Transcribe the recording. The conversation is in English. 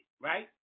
right